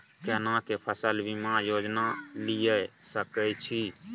केना के फसल बीमा योजना लीए सके छी?